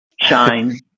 shine